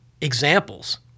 examples